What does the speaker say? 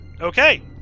Okay